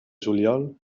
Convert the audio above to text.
juliol